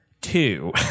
Two